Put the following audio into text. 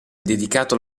dedicato